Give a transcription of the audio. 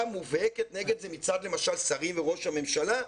מובהקת נגד זה מצד למשל שרים וראש הממשלה?